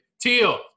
Teal